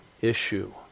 issue